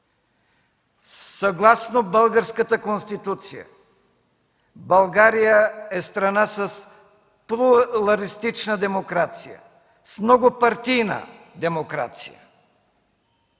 съгласно Българската конституция България е страна с плуралистична демокрация, с многопартийна демокрация.